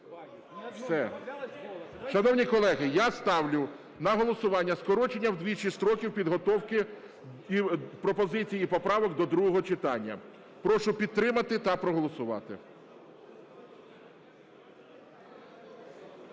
Все. Шановні колеги, я ставлю на голосування скорочення вдвічі строків підготовки пропозицій і поправок до другого читання. Прошу підтримати та проголосувати.